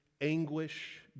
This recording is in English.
anguish